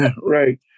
Right